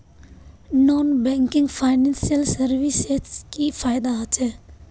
Non banking financial services से की फायदा होचे?